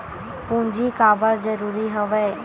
पूंजी काबर जरूरी हवय?